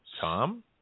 Tom